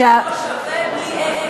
בית לא שווה בלי עץ.